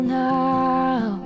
now